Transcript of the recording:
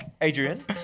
Adrian